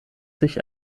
sich